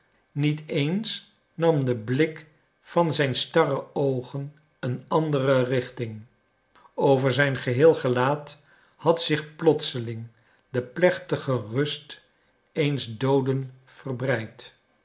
niet eens nam de blik van zijn starre oogen een andere richting over zijn geheel gelaat had zich plotseling de plechtige rust eens dooden verbreid